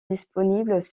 disponibles